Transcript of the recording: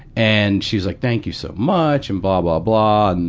and she's like, thank you so much and blah, blah, blah. and